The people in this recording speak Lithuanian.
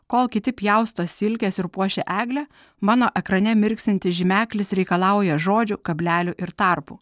kol kiti pjausto silkes ir puošia eglę mano ekrane mirksintis žymeklis reikalauja žodžių kablelių ir tarpų